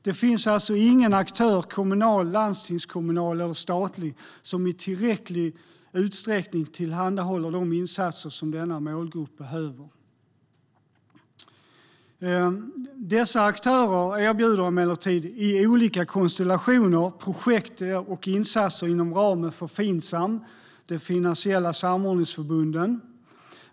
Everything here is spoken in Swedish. Det finns alltså ingen kommunal, landstingskommunal eller statlig aktör som i tillräcklig utsträckning tillhandahåller de insatser som denna målgrupp behöver. Dessa aktörer erbjuder emellertid, i olika konstellationer, projekt och insatser inom ramen för Finsam, de finansiella samordningsförbunden.